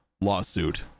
lawsuit